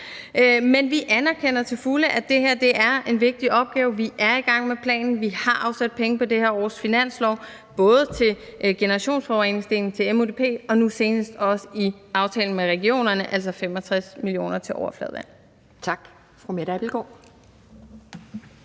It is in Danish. Men vi anerkender til fulde, at det her er en vigtig opgave. Vi er i gang med planen, vi har afsat penge på det her års finanslov, både til generationsforureningsdelen, til MUDP og nu senest også i aftalen med regionerne, altså 65 mio. kr. til overfladevand.